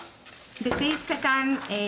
"...בסעיף קטן (ב)